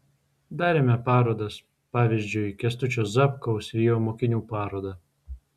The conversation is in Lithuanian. darėme parodas pavyzdžiui kęstučio zapkaus ir jo mokinių parodą